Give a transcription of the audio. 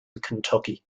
kentucky